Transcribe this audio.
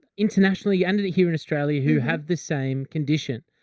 internationally and here in australia who have this same condition.